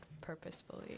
purposefully